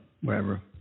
wherever